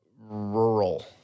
Rural